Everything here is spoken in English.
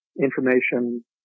information